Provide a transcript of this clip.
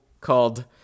called